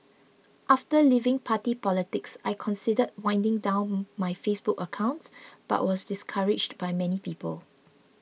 after leaving party politics I considered winding down my Facebook accounts but was discouraged by many people